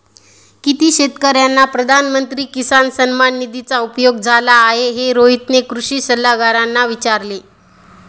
किती शेतकर्यांना प्रधानमंत्री किसान सन्मान निधीचा उपयोग झाला आहे, हे रोहितने कृषी सल्लागारांना विचारले